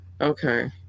okay